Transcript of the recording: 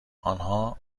آنها